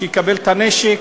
שיקבל את הנשק.